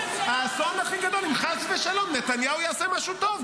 האסון הכי גדול אם חס ושלום נתניהו יעשה משהו טוב.